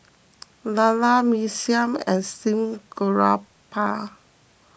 Lala Mee Siam and Steamed Garoupa